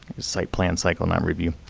site plan cycle, not review,